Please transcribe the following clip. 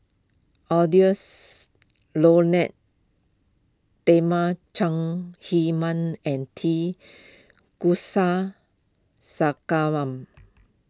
Lyonet Talma Chong Heman and T